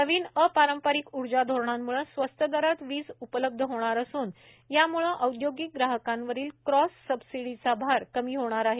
नवीन अपारंपरिक ऊर्जा धोरणांम्ळे स्वस्त दरात वीज उपलब्ध होणार असून याम्ळे औदयोगिक ग्राहकांवरील क्रॉस सबसिडीचा भार कमी होणार आहे